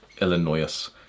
illinois